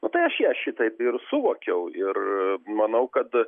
nu tai aš ją šitaip ir suvokiau ir manau kad